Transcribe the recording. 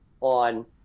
on